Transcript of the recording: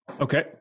Okay